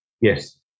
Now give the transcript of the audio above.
Yes